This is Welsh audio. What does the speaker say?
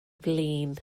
flin